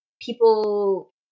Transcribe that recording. people